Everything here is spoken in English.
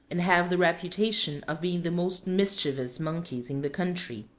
and have the reputation of being the most mischievous monkeys in the country.